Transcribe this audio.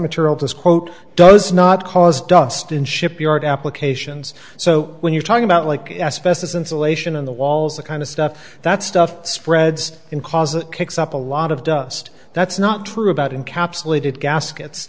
material this quote does not cause dust in shipyard applications so when you're talking about like asbestos insulation on the walls the kind of stuff that stuff spreads in cars it kicks up a lot of dust that's not true about in capsulated gas